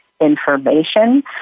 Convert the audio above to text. information